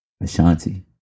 Ashanti